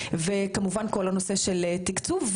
וכמובן כל הנושא של תקצוב.